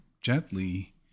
gently